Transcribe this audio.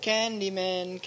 Candyman